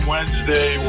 Wednesday